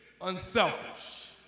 unselfish